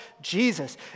Jesus